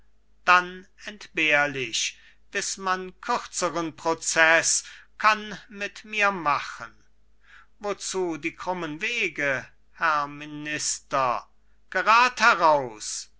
dann entbehrlich bis man kürzeren prozeß kann mit mir machen wozu die krummen wege herr minister gerad heraus